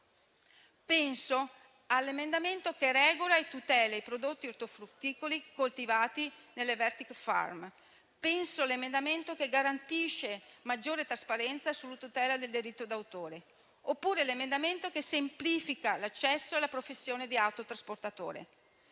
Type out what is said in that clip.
Penso all'emendamento che regola e tutela i prodotti ortofrutticoli coltivati nelle *vertical farm*. Penso all'emendamento che garantisce maggiore trasparenza sulla tutela del diritto d'autore oppure all'emendamento che semplifica l'accesso alla professione di autotrasportatore.